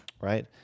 right